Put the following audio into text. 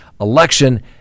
election